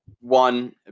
one